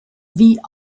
wie